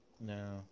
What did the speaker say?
No